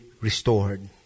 restored